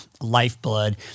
lifeblood